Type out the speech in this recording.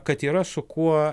kad yra su kuo